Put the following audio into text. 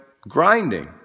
grinding